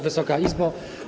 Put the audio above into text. Wysoka Izbo!